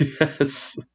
Yes